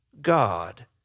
God